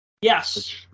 Yes